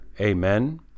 Amen